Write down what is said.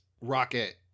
rocket